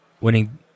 winning